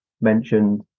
mentioned